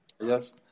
Yes